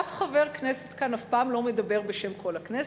אף חבר כנסת כאן אף פעם לא מדבר בשם כל הכנסת,